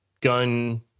gun